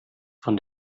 von